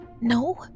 No